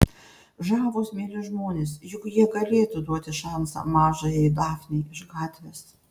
žavūs mieli žmonės juk jie galėtų duoti šansą mažajai dafnei iš gatvės